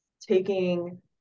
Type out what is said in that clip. taking